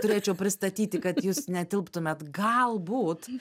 turėčiau pristatyti kad jūs netilptumėt galbūt